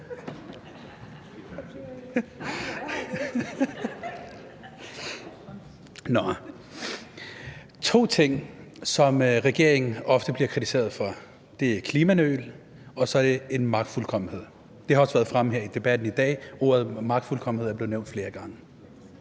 To ting, som regeringen ofte bliver kritiseret for, er klimanøl, og så er det magtfuldkommenhed. Det har også været fremme her i debatten i dag, og ordet magtfuldkommenhed er blevet nævnt flere gange.